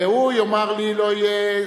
והוא יאמר לי,